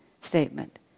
statement